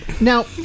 now